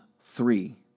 three